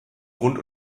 grund